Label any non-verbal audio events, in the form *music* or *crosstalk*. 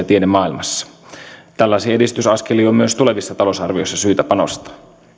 *unintelligible* tiedemaailmassa tällaisiin edistysaskeliin on myös tulevissa talousarvioissa syytä panostaa